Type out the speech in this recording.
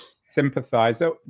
sympathizer